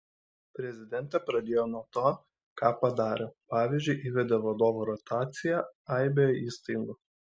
prezidentė pradėjo nuo to ką padarė pavyzdžiui įvedė vadovų rotaciją aibėje įstaigų